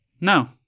No